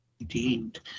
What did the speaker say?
Indeed